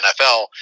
NFL